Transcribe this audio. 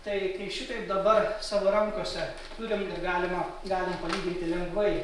tai kai šitaip dabar savo rankose turim ir galima galim palyginti lengvai